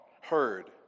heard